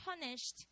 punished